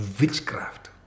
witchcraft